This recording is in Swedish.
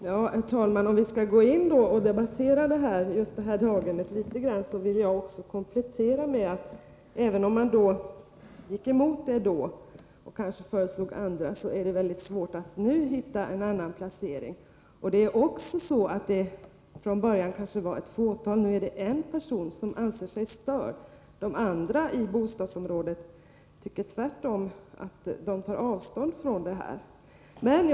Herr talman! Om vi skall börja debattera just det här daghemmet, vill jag också komplettera med att säga att även om vpk gick emot placeringen då och kanske föreslog andra, är det svårt att nu hitta en annan placering. Från början var det kanske ett fåtal, men nu är det bara en person som anser sig störd. De andra i bostadsområdet tar tvärtom avstånd från denna inställning.